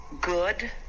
good